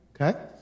okay